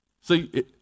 See